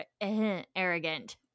arrogant